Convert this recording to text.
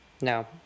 no